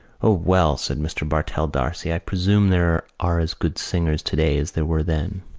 oh, well, said mr. bartell d'arcy, i presume there are as good singers today as there were then.